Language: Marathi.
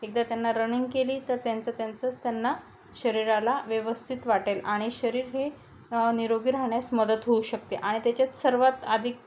एकदा त्यांना रनिंग केली तर त्यांचं त्यांचंच त्यांना शरीराला व्यवस्थित वाटेल आणि शरीर हे निरोगी राहण्यास मदत होऊ शकते आणि त्याच्यात सर्वात अधिक